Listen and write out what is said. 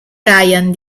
ryan